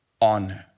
on